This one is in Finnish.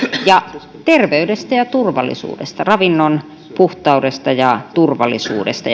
ja terveydestä ja turvallisuudesta ravinnon puhtaudesta ja turvallisuudesta